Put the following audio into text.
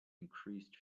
increased